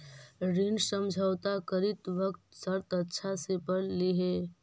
ऋण समझौता करित वक्त शर्त अच्छा से पढ़ लिहें